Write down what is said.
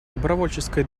добровольческое